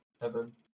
heaven